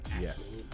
Yes